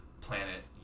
planet